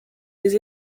des